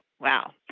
Wow